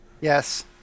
Yes